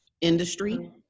industry